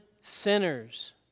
sinners